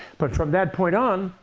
but from that point on,